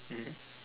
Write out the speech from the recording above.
mmhmm